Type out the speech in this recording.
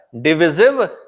divisive